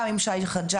גם עם שי חג'אג,